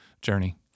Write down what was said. journey